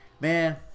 Man